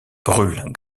brûle